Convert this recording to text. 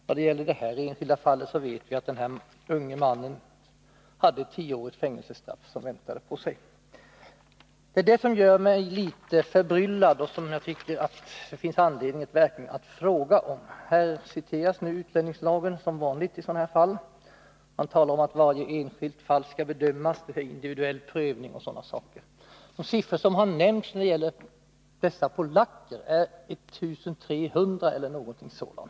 När det gäller det här aktuella fallet vet vi att den unge mannen hade att vänta sig ett tioårigt fängelsestraff. Det är exempel som dessa som gör mig förbryllad och som föranleder min fråga. I svaret citeras utlänningslagen, vilket är vanligt i sådana här fall. Där talas om att varje enskilt fall skall bedömas, att det skall vara individuell prövning, osv. Den siffra som har nämnts när det gäller de polacker som har fått stanna är 1300 eller någonting sådant.